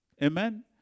Amen